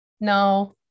no